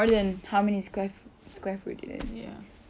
I think you just wanted space for so long